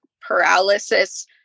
paralysis